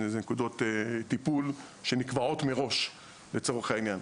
נקודות טיפול שנקבעות מראש לצורך העניין.